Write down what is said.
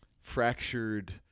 fractured